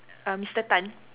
err Mister Tan